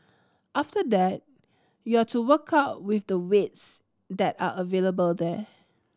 after that you're to work out with the weights that are available there